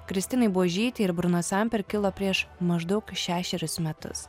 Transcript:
kristinai buožytei ir bruno samper kilo prieš maždaug šešerius metus